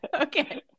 okay